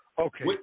okay